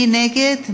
מי נגד?